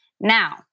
Now